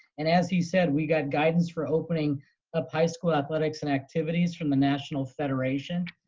and as he said, we got guidance for opening up high school athletics and activities from the national federation.